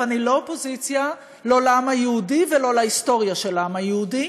אבל אני לא אופוזיציה לא לעם היהודי ולא להיסטוריה של העם היהודי.